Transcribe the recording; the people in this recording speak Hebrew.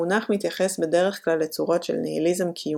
המונח מתייחס בדרך כלל לצורות של ניהיליזם קיומי,